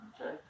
okay